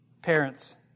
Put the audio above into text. Parents